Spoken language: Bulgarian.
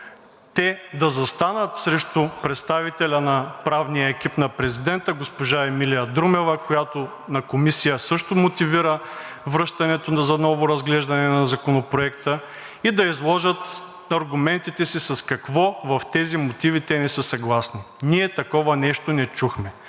те да застанат срещу представителя на правния екип на президента госпожа Емилия Друмева, която на комисия също мотивира връщането за ново разглеждане на Законопроекта и да изложат аргументите си с какво в тези мотиви те не са съгласни. Ние такова нещо не чухме,